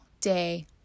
day